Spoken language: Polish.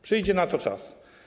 Przyjdzie na to czas.